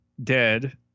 Dead